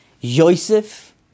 Yosef